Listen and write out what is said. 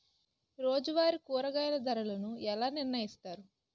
రోజువారి కూరగాయల ధరలను ఎలా నిర్ణయిస్తారు?